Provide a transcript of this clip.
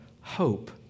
hope